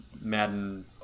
madden